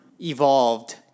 evolved